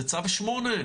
זה צו שמונה.